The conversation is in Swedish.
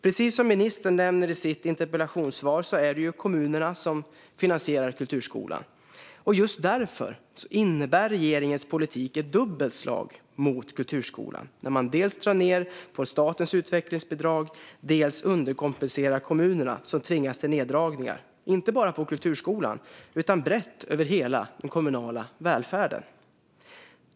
Precis som ministern nämner i sitt interpellationssvar är det kommunerna som finansierar kulturskolan. Just därför innebär regeringens politik ett dubbelt slag mot kulturskolan när man dels drar ned på statens utvecklingsbidrag, dels underkompenserar kommunerna som tvingas till neddragningar, inte bara på kulturskolan utan brett över hela den kommunala välfärden.